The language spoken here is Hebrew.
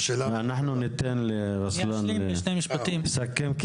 אנחנו ניתן לרוסלן לסכם,